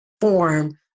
form